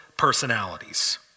personalities